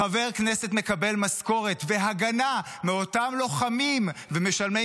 חבר כנסת מקבל משכורת והגנה מאותם לוחמים ומשלמי